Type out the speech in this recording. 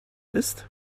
ist